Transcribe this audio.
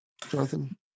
Jonathan